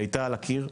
היא הייתה על הקיר.